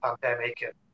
pandemic